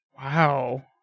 Wow